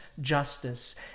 justice